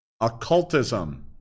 Occultism